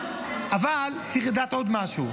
אבל צריך לדעת עוד משהו.